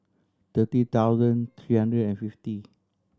thirty thousand three hundred and fifty